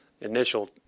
initial